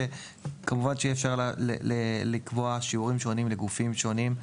שכמובן אי-אפשר לקבוע שיעורים שונים לגופים שונים,